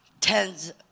tens